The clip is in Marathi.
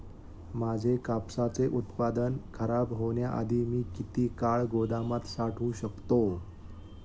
माझे कापसाचे उत्पादन खराब होण्याआधी मी किती काळ गोदामात साठवू शकतो?